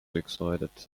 excited